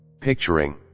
Picturing